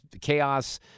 chaos